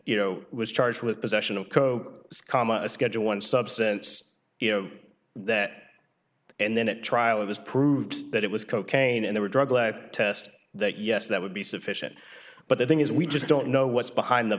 you know was charged with possession of coke comma a schedule one substance you know that and then at trial it was proved that it was cocaine and they were drug lab test that yes that would be sufficient but the thing is we just don't know what's behind the